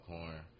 Corn